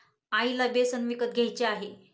आईला बेसन विकत घ्यायचे आहे